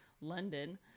London